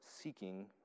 seeking